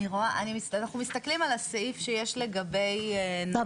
אנחנו מסתכלים על הסעיף שיש לגבי -- לא,